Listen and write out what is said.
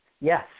Yes